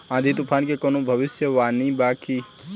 आँधी तूफान के कवनों भविष्य वानी बा की?